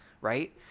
right